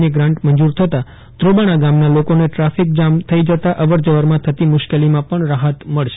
ની ગ્રાન્ટ મંજુર થતા ધ્રોબાણા ગામના લોકોને ટ્રાફિક જામ થઈ જતાં અવરજવરમાં થતી મુશ્કેલીમાં પણ રાહત મળશે